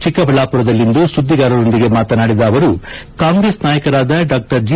ಚಿಕ್ಕಬಳ್ಣಾಪುರದಲ್ಲಿಂದು ಸುದ್ದಿಗಾರರೊಂದಿಗೆ ಮಾತನಾಡಿದ ಅವರು ಕಾಂಬ್ರೆಸ್ ನಾಯಕರಾದ ಡಾ ಜಿ